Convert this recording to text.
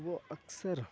وہ اکثر